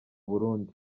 burundi